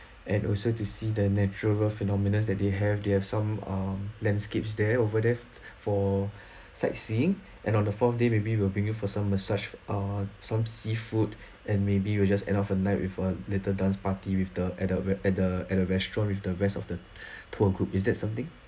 and also to see the natural phenomenons that they have they have some um landscapes there over there for sightseeing and on the fourth day maybe we'll bring you for some massage uh some seafood and maybe we will just end of a night with a little dance party with the at the re~ at the at the restaurant with the rest of the tour group is that something